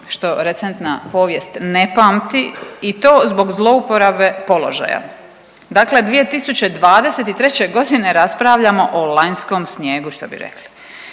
što recentna povijest ne pamti i to zbog zlouporabe položaja. Dakle, 2023.g. raspravljamo o lanjskom snijegu što bi rekli.